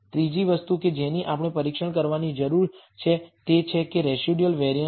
ત્રીજી વસ્તુ કે જેની આપણે પરીક્ષણ કરવાની જરૂર છે તે છે કે રેસિડયુઅલ વેરિઅન્સ